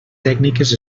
tècniques